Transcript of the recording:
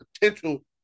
potential